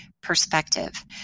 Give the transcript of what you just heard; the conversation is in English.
perspective